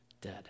dead